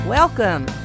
Welcome